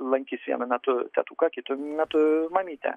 lankys vienu metu tėtuką kitu metu mamytę